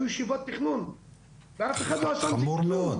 ישיבות תכנון ואף אחד לא עשה עם זה כלום.